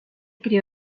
crió